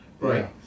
Right